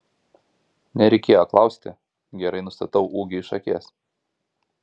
nereikėjo klausti gerai nustatau ūgį iš akies